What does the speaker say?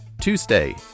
tuesday